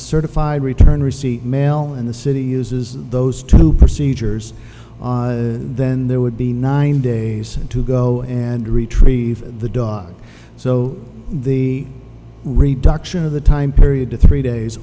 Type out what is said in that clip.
certified return receipt mail and the city uses those two procedures then there would be nine days to go and retrieve the dog so the reduction of the time period to three days